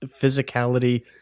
physicality